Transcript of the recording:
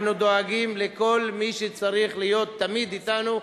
אנחנו דואגים לכל מי שצריך להיות תמיד אתנו,